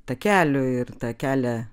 takelių ir tą kelią